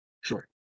Sure